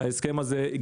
ההסכם הזה,